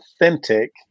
authentic